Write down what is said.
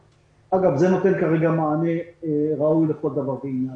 אגב, זה נותן כרגע מענה ראוי לכל דבר ועניין.